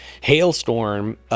hailstorm